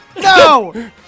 No